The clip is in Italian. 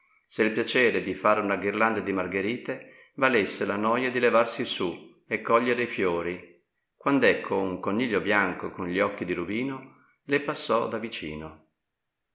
se il piacere di fare una ghirlanda di margherite valesse la noja di levarsi su e cogliere i fiori quand'ecco un coniglio bianco con gli occhi di rubino le passò da vicino